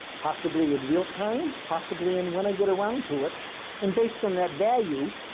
possibly in real time, possibly and when i get around to it and based on that value,